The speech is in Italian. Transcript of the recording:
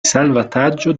salvataggio